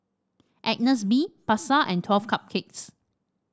Agnes B Pasar and Twelve Cupcakes